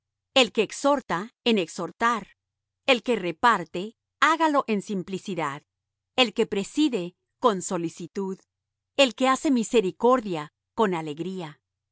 el que exhorta en exhortar el que reparte hágalo en simplicidad el que preside con solicitud el que hace misericordia con alegría